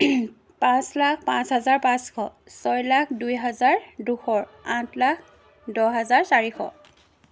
পাঁচ লাখ পাঁচ হাজাৰ পাঁচশ ছয় লাখ দুই হাজাৰ দুশ আঠ লাখ দহ হাজাৰ চাৰিশ